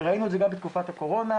ראינו את זה גם בתקופת הקורונה,